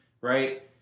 right